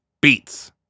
beats